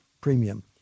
premium